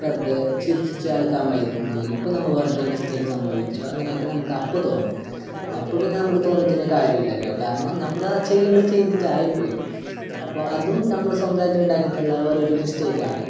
വെറുതെ ചിരിച്ച് അളക്കാമായിരുന്നു ഇപ്പോൾ നമ്മൾ വെറുതെ മിസ്റ്റേക്ക് സംഭവിച്ചു അങ്ങനെയൊക്കെ നമുക്ക് അപ്പോൾ തോന്നും അപ്പം പിന്നെ നമുക്ക് തോന്നിയിട്ട് ഇനി കാര്യമില്ലല്ലോ കാരണം നമ്മൾ ചെയ്യേണ്ടത് ചെയ്തിട്ട് ആയിപ്പോയി അപ്പോൾ അതും നമ്മൾ സ്വന്തമായിട്ട് ഉണ്ടാക്കിയിട്ടുള്ള ഓരോരോ മിസ്റ്റേക്ക് ആണ്